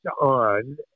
on